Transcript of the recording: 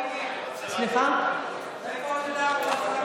מאיפה את יודעת,